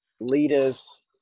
leaders